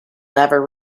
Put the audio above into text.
never